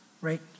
right